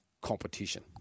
competition